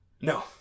No